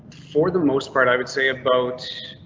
for the most part, i would say about